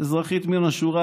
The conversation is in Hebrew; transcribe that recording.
אזרחית מן השורה,